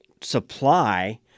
supply